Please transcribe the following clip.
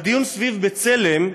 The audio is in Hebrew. הדיון סביב "בצלם"